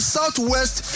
Southwest